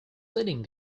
sitting